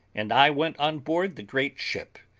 and i went on board the great ship,